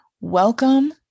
Welcome